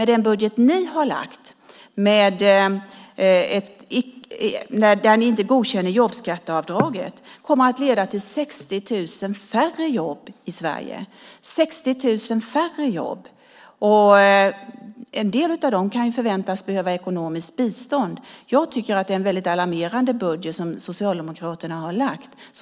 Den budget ni har lagt, där ni inte godkänner jobbskatteavdraget, kommer att leda till 60 000 färre jobb i Sverige. En del av dem som förlorar jobbet kan förväntas behöva ekonomiskt bistånd. Jag tycker att det är en väldigt alarmerande budget Socialdemokraterna har lagt fram.